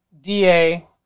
DA